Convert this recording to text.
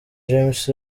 james